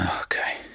okay